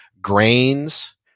Grains